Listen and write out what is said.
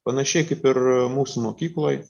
panašiai kaip ir mūsų mokykloj